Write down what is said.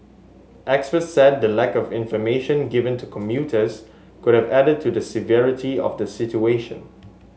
experts said the lack of information given to commuters could have added to the severity of the situation